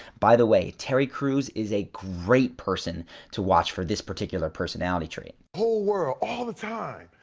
by the way, terry crews is a great person to watch for this particular personality trait. whole world, all the time,